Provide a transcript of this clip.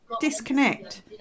disconnect